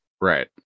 right